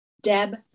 Deb